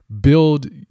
build